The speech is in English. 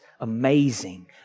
amazing